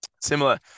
similar